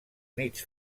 nits